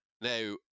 Now